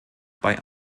bei